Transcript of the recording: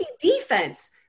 defense